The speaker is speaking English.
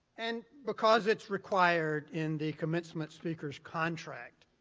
and because it's required in the commencement speaker's contract,